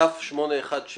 כ/816